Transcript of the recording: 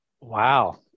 Wow